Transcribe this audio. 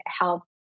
help